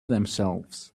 themselves